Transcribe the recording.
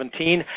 2017